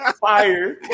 fire